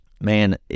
man